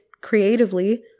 creatively